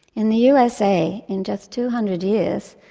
in the usa, in just two hundred years,